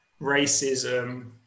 racism